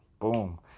boom